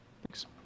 Thanks